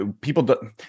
people